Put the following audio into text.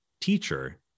teacher